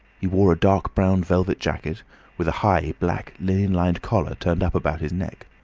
he wore a dark-brown velvet jacket with a high, black, linen-lined collar turned up about his neck.